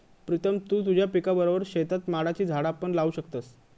प्रीतम तु तुझ्या पिकाबरोबर शेतात माडाची झाडा पण लावू शकतस